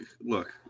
look